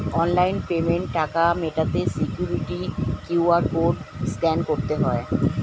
online পেমেন্টে টাকা মেটাতে সিকিউরিটি কিউ.আর কোড স্ক্যান করতে হয়